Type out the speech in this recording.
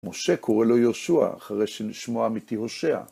משה קורא לו יהושע, אחרי ששמו האמיתי הושע.